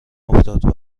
افتاده